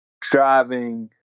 driving